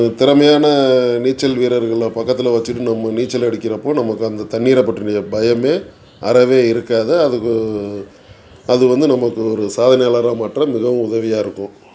திறமையான நீச்சல் வீரர்களில் பக்கத்தில் வச்சுட்டு நம்ம நீச்சல் அடிக்கிறப்போது நமக்கு அந்த தண்ணீரை பற்றின பயமே அறவே இருக்காது அதுக்கு அது வந்து நமக்கு ஒரு சாதனையாளரை மாற்ற மிகவும் உதவியாக இருக்கும்